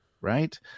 right